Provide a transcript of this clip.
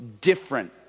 different